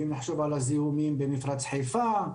ואם נחשוב על הזיהומים במפרץ חיפה,